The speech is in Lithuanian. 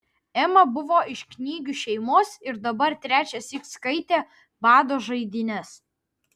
ema buvo iš knygių šeimos ir dabar trečiąsyk skaitė bado žaidynes